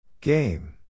Game